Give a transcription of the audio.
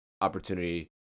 opportunity